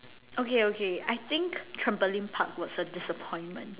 okay okay I think trampoline park was a disappointment